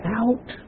out